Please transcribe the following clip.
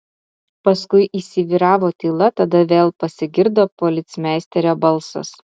paskui įsivyravo tyla tada vėl pasigirdo policmeisterio balsas